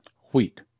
wheat